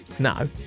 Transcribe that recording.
No